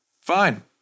Fine